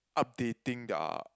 updating their